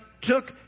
took